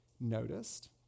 noticed